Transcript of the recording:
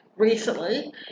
Recently